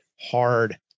hard